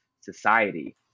society